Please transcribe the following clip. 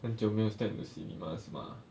很久没有 step into cinema 是 mah